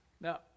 Now